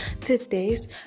today's